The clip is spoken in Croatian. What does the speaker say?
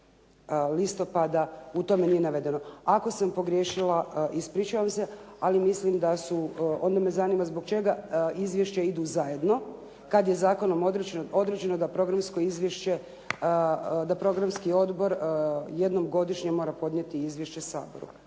u tome nije navedeno. Ako sam pogriješila, ispričavam se, ali mislim da su, onda me zanima zbog čega izvješća idu zajedno kad je zakonom određeno da programski odbor jednom godišnje mora podnijeti izvješće Saboru.